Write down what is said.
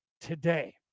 today